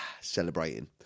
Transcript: Celebrating